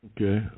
Okay